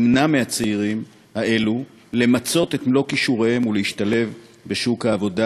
ימנע מהצעירים האלו למצות את מלוא כישוריהם ולהשתלב בשוק העבודה,